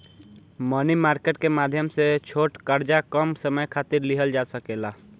मनी market के माध्यम से छोट कर्जा कम समय खातिर लिहल जा सकेला